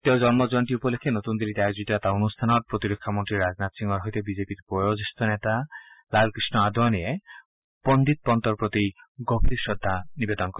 তেওঁৰ জন্ম জয়ন্তী উপলক্ষে নতুন দিল্লীত আয়োজিত এটা অনুষ্ঠানত প্ৰতিৰক্ষা মন্ত্ৰী ৰাজনাথ সিঙৰ সৈতে বিজেপিৰ বয়োজ্যেষ্ঠ নেতা লালকৃষ্ণ আদৱাণীয়ে পণ্ডিত পণ্টৰ প্ৰতি গভীৰ শ্ৰদ্ধা নিবেদন কৰে